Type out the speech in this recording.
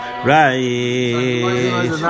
Right